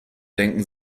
denken